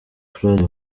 claude